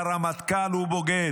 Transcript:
והרמטכ"ל הוא בוגד,